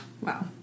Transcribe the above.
Wow